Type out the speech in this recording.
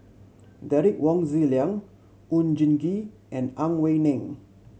Derek Wong Zi Liang Oon Jin Gee and Ang Wei Neng